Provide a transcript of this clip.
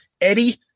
eddie